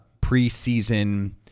preseason